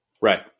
right